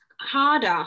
harder